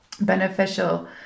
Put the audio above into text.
beneficial